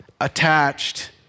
attached